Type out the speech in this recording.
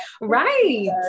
right